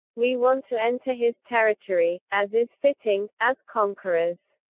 we want to enter his territory, as is fitting, as conquerors.